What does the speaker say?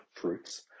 fruits